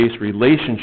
relationship